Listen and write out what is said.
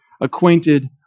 acquainted